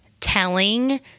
telling